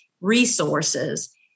resources